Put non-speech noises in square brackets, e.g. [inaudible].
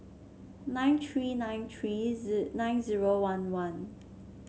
nine tree nine tree [unintelligible] nine zero one one